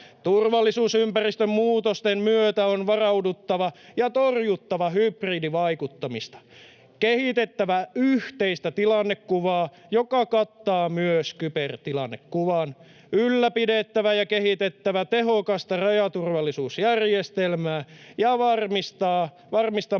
Turvallisuusympäristön muutosten myötä on varauduttava ja torjuttava hybridivaikuttamista, kehitettävä yhteistä tilannekuvaa, joka kattaa myös kybertilannekuvan, ylläpidettävä ja kehitettävä tehokasta rajaturvallisuusjärjestelmää ja varmistettava